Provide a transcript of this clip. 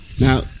Now